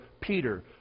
Peter